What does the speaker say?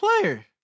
player